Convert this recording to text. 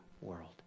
world